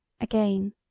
Again